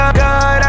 god